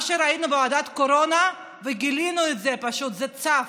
מה שראינו בוועדת קורונה, גילינו, פשוט זה צף,